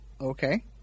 Okay